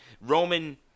Roman